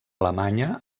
alemanya